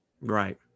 right